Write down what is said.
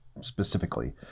specifically